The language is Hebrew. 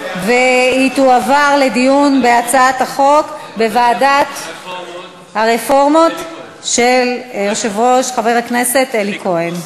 והיא תועבר לדיון בוועדת הרפורמות של היושב-ראש חבר הכנסת אלי כהן.